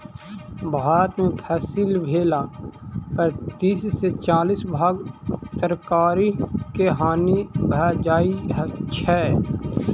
भारत में फसिल भेला पर तीस से चालीस भाग तरकारी के हानि भ जाइ छै